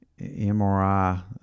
MRI